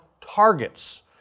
targets